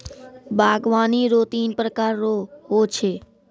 बागवानी रो तीन प्रकार रो हो छै